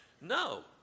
No